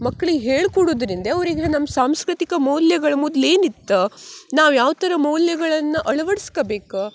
ಮಕ್ಳಿಗೆ ಹೇಳ್ಕೊಡುದ್ರಿಂದ ಅವರಿಗೆ ನಮ್ಮ ಸಾಂಸ್ಕೃತಿಕ ಮೌಲ್ಯಗಳು ಮೊದ್ಲು ಏನಿತ್ತು ನಾವು ಯಾವ ಥರ ಮೌಲ್ಯಗಳನ್ನು ಅಳವಡ್ಸ್ಕಬೇಕು